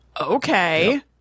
okay